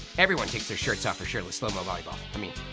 everyone takes their shirts off for shirtless slow mo volleyball, i mean